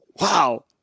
Wow